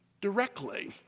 directly